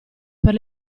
per